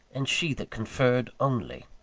and she that conferred, only?